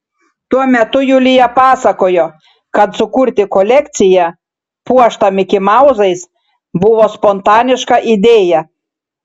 tuo metu julija pasakojo kad sukurti kolekciją puoštą mikimauzais buvo spontaniška idėja